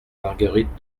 marguerite